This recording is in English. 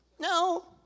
No